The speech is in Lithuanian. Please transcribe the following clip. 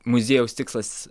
muziejaus tikslas